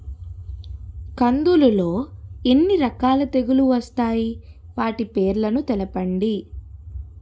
కందులు లో ఎన్ని రకాల తెగులు వస్తాయి? వాటి పేర్లను తెలపండి?